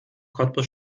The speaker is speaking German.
cottbus